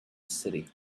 city